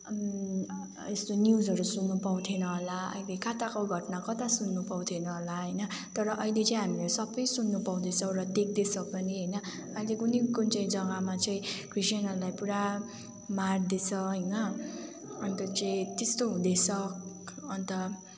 यस्तो न्युजहरू सुन्नु पाउँथेन होला अहिले कताको घटना कता सुन्नु पाउँथेन होला होइन तर अहिले चाहिँ हामी सबै सुन्नु पाउँदैछौँ र देख्दैछौँ पनि होइन अहिले कुन्नि कुन चाहिँ जग्गामा क्रिश्चियनहरूलाई पुरा मार्दैछ होइन अन्त चाहिँ त्यस्तो हुँदैछ अन्त